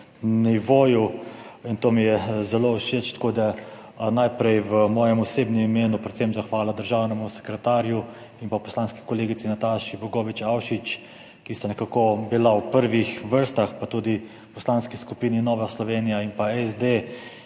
nivoju, in to mi je zelo všeč. Najprej v mojem osebnem imenu predvsem zahvala državnemu sekretarju in poslanski kolegici Nataši Bogovič Avšič, ki sta nekako bila v prvih vrstah, pa tudi poslanskima skupinama Nova Slovenija in SD,